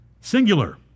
Singular